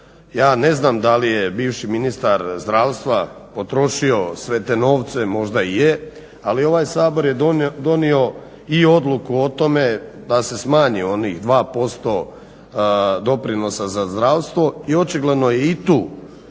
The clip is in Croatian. ja ne znam da li je bivši ministar zdravstva potrošio sve te novce, možda i je, ali ovaj Sabor je donio i odluku o tome da se smanje onih 2% doprinosa za zdravstvo. I očigledno je i tu